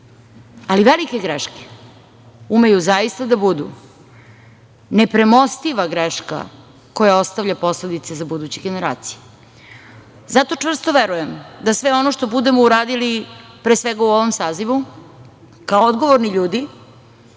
ali velike greške umeju zaista da budu nepremostiva greška koja ostavlja posledice za buduće generacije. Zato čvrsto verujem da sve ono što budemo uradili, pre svega u ovom sazivu kao odgovorni ljudi,